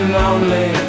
lonely